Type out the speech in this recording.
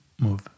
move